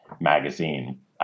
Magazine